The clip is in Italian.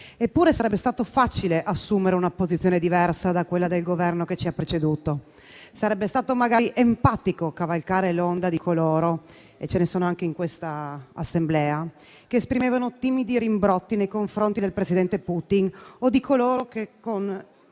Eppure sarebbe stato facile assumere una posizione diversa da quella del Governo che ci ha preceduto; sarebbe stato magari empatico cavalcare l'onda di coloro (e ce ne sono anche in questa Assemblea) che esprimevano timidi rimbrotti nei confronti del presidente Putin o di coloro che con